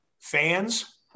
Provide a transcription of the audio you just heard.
Fans